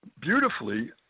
beautifully